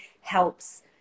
helps